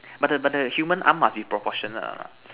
but the but the human arm must be proportionate or not